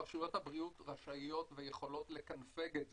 רשויות הבריאות רשאיות ויכולות לקנפג את זה,